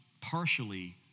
partially